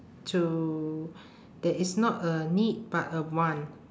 to that is not a need but a want